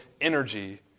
energy